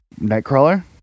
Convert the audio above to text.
Nightcrawler